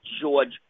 George